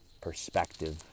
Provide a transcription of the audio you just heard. perspective